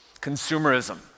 consumerism